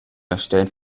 erstellen